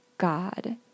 God